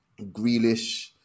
Grealish